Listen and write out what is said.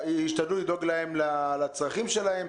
והשתדלו לדאוג לצרכים שלהם.